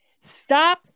Stop